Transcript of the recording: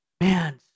man